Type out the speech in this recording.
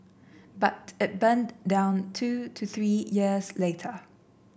but it burned down two to three years later